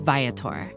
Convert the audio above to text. Viator